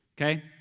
Okay